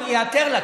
אני איעתר לה,